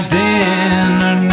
dinner